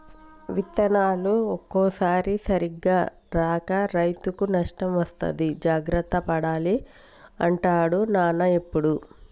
విత్తనాలు ఒక్కోసారి సరిగా రాక రైతుకు నష్టం వస్తది జాగ్రత్త పడాలి అంటాడు నాన్న ఎప్పుడు